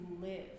live